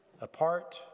apart